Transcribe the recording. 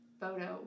photo